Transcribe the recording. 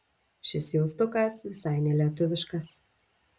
šis jaustukas visai nelietuviškas